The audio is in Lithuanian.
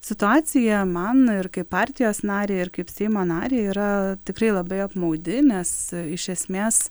situacija man ir kaip partijos narei ir kaip seimo narei yra tikrai labai apmaudi nes iš esmės